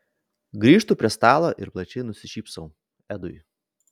grįžtu prie stalo ir plačiai nusišypsau edui